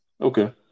Okay